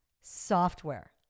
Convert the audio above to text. software